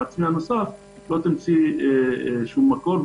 לא תמצאי שום מקור.